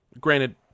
granted